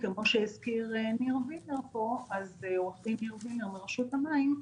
כפי שהזכיר עו"ד ניר וילנר מרשות המים,